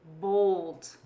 bold